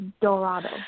Dorado